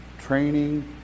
training